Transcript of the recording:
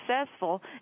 successful